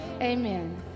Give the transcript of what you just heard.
Amen